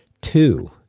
two